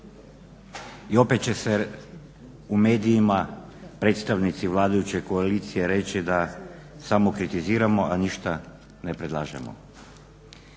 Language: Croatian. I opet će se u medijima predstavnici vladajuće koalicije reći da samo kritiziramo, a ništa ne predlažemo.